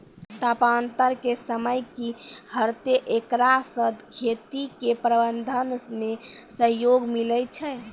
तापान्तर के समय की रहतै एकरा से खेती के प्रबंधन मे सहयोग मिलैय छैय?